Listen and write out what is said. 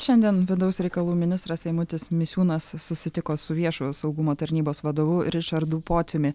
šiandien vidaus reikalų ministras eimutis misiūnas susitiko su viešojo saugumo tarnybos vadovu ričardu pociumi